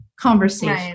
conversation